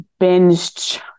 binged